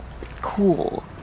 cool